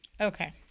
okay